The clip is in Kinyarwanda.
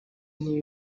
ntiba